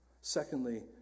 Secondly